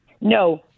No